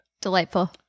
Delightful